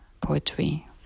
poetry